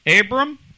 Abram